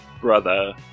Brother